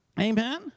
Amen